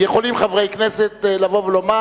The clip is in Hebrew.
יכולים חברי כנסת לבוא ולומר,